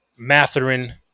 Matherin